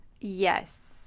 Yes